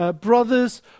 brothers